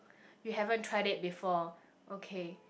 you haven't tried it before okay